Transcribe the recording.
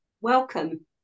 Welcome